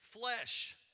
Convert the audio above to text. flesh